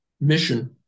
mission